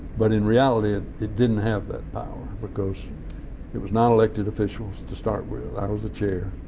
but in reality it it didn't have that power because it was not elected officials to start with. i was the chair.